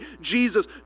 Jesus